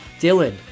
Dylan